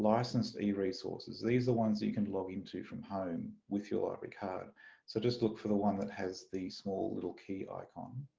licensed eresources. these are the ones that you can log into from home with your library card so just look for the one that has the small little key icon.